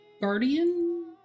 guardian